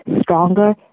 stronger